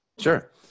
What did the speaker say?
Sure